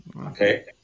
Okay